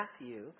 Matthew